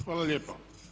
Hvala lijepo.